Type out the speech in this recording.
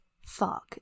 fuck